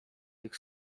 tych